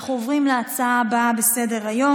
אנחנו עוברים להצעה הבאה לסדר-היום.